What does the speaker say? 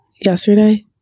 yesterday